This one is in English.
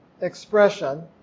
expression